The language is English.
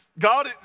God